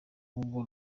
google